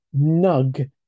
Nug